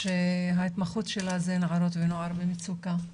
שההתמחות שלה זה נערות ונוער במצוקה,